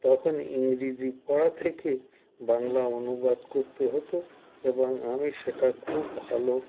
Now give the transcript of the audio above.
তখন ইংরেজি পড়া থেকে বাংলা অনুবাদ করতে হতো এবং আমি সেটা খুব ভালো